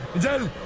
again.